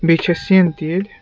بیٚیہِ چھس سِند تہِ ییٚتہِ